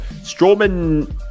Strowman